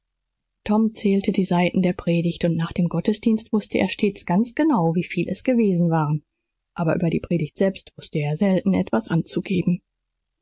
tom zählte die seiten der predigt und nach dem gottesdienst wußte er stets ganz genau wie viel es gewesen waren aber über die predigt selbst wußte er selten etwas anzugeben